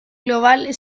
global